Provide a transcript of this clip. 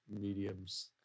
mediums